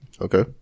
Okay